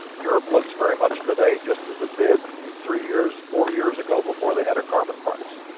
europe looks very much today just as it did three years, four years ago before they had a carbon price.